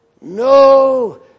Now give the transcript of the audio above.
No